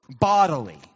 bodily